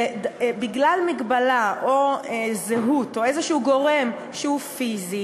בגלל מגבלה, או זהות, או גורם כלשהו שהוא פיזי,